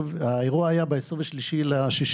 ב-27 ביוני,